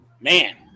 man